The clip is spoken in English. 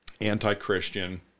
anti-Christian